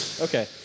Okay